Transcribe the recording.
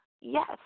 yes